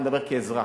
אני מדבר כאזרח,